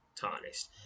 tarnished